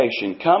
Come